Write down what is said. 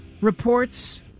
reports